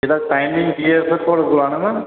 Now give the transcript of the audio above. एह्दा टाइमिंग केह् ऐ सर थुआढ़े कोल आने दा सर